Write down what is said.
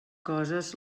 coses